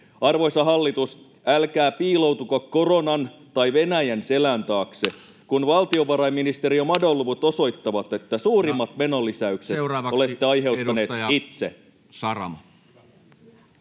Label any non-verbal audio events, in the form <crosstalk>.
Arvoisa hallitus, älkää piiloutuko koronan tai Venäjän selän taakse, <noise> kun valtiovarainministeriön madonluvut osoittavat, että suurimmat menolisäykset te olette aiheuttaneet itse.